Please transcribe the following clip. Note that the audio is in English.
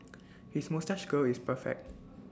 his moustache curl is perfect